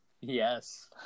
Yes